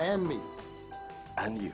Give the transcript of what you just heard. and me and